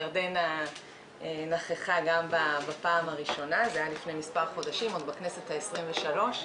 ירדנה נכחה גם בפעם הראשונה עוד בכנסת ה-23,